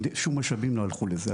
שום משאבים לא הלכו לזה,